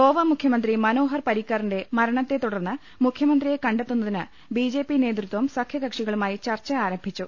ഗോവ മുഖ്യമന്ത്രി മനോഹർ പരീക്കറിന്റെ മരണത്തെതുടർന്ന് മുഖ്യ മന്ത്രിയെ കണ്ടെത്തുന്നതിന് ബിജെപി നേതൃത്വം സഖ്യകക്ഷികളുമായി ചർച്ച ആരംഭിച്ചു